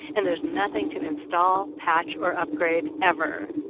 and there's nothing to install, patch, or upgrade ever.